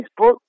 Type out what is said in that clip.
Facebook